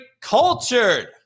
cultured